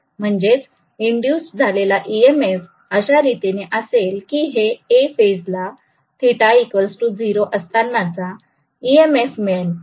म्हणजेच इंडूज्ड झालेला E M F अशा रीतीने असेल की हे A फेजला θ 0 असतानाचा इ एम एफ मिळेल